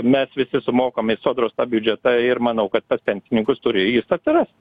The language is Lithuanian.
mes visi sumokam į sodros biudžetą ir manau kad pas pensininkus turi jis atsirast